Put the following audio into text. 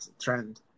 trend